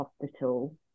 hospital